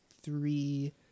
three